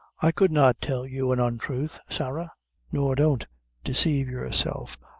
i could not tell you an untruth, sarah nor don't desave yourself.